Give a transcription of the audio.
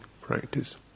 practice